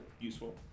useful